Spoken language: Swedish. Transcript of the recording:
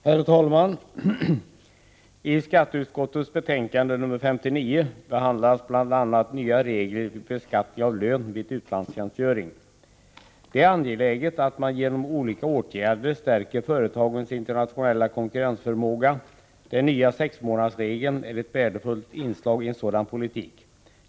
Herr talman! I skatteutskottets betänkande 59 behandlas bl.a. nya regler vid beskattning av lön vid utlandstjänstgöring. Det är angeläget att man genom olika åtgärder stärker företagens internationella konkurrensförmåga. Den nya sexmånadersregeln är ett värdefullt inslag i en sådan politik.